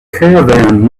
caravan